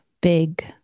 big